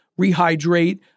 rehydrate